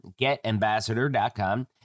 getambassador.com